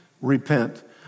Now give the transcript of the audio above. repent